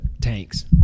tanks